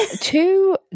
Two